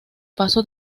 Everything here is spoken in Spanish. paso